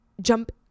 jump